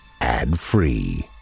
ad-free